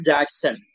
Jackson